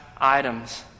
items